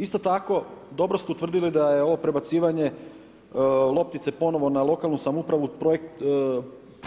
Isto tako dobro ste utvrdili da je ovo prebacivanje loptice ponovo na lokalnu samoupravu,